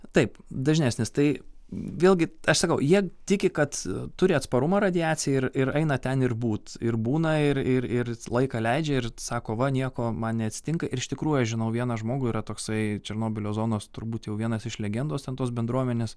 taip dažnesnis tai vėlgi aš sakau jie tiki kad turi atsparumą radiacijai ir ir eina ten ir būt ir būna ir ir ir laiką leidžia ir sako va nieko man neatsitinka ir iš tikrųjų aš žinau vieną žmogų yra toksai černobylio zonos turbūt jau vienas iš legendos ten tos bendruomenės